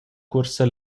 cuorsa